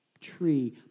tree